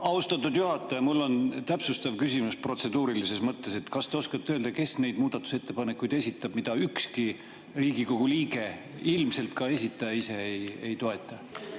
Austatud juhataja! Mul on täpsustav küsimus protseduurilises mõttes. Kas te oskate öelda, kes esitab neid muudatusettepanekuid, mida ükski Riigikogu liige, ilmselt ka esitaja ise, ei toeta?